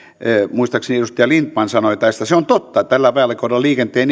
muistaakseni edustaja lindtman sanoi tästä se on totta tällä vaalikaudella liikenteen